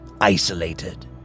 isolated